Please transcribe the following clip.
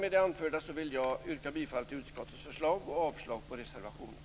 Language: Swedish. Med det anförda vill jag yrka bifall till utskottets förslag och avslag på reservationerna.